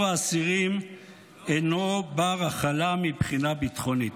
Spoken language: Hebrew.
האסירים אינו בר-הכלה מבחינה ביטחונית.